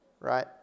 right